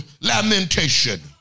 lamentation